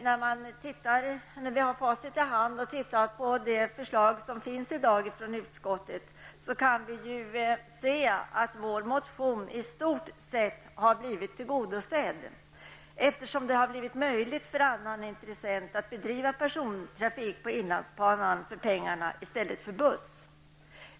När vi har facit i hand och ser på det förslag som föreligger i dag från utskottet, kan vi ju konstatera att vår motion i stort sett har blivit tillgodosedd, eftersom det har blivit möjligt för annan intressent att bedriva persontrafik på inlandsbanan i stället för busstrafik.